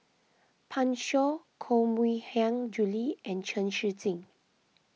Pan Shou Koh Mui Hiang Julie and Chen Shiji